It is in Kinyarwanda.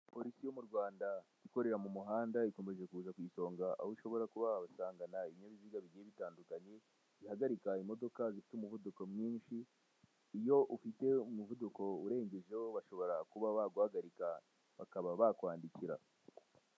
Polisi yo mu Rwanda ikorera mu muhanda, ikomeje kuza ku isonga aho ushobora kuba wabasangana ibinyabiziga bigiye bitandukanye bihagarika imodoka zifite umuvuduko mwinshi, iyo ufite umuvuduko urengejeho bashobora kuba baguhagarika kabaka bakwandikira.